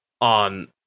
on